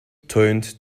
turned